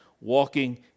walking